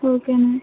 okay ma'am